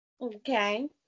Okay